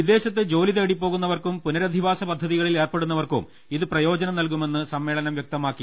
വിദേശത്ത് ജോലി തേടി പോകുന്നവർക്കും പുനര ധിവാസ പദ്ധതികളിൽ ഏർപ്പെടുന്നവർക്കും ഇത് പ്രയോജനം നൽകുമെന്ന് സമ്മേളനം വൃക്തമാക്കി